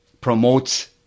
promotes